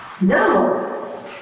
No